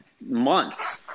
months